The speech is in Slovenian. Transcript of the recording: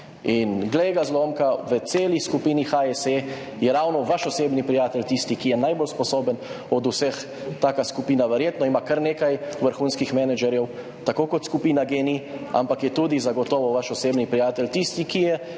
In glej ga zlomka, v celi skupini HSE je ravno vaš osebni prijatelj tisti, ki je najbolj sposoben od vseh. Taka skupina ima verjetno kar nekaj vrhunskih menedžerjev, tako kot skupina GEN-I, ampak je zagotovo vaš osebni prijatelj tisti, ki je